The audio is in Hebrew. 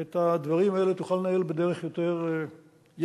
את הדברים האלה תוכל לנהל בדרך יותר יעילה.